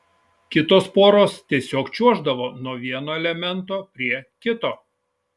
kitos poros tiesiog čiuoždavo nuo vieno elemento prie kito